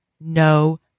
no